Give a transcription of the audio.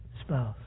spouse